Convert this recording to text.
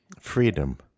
freedom